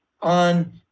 on